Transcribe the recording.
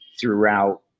throughout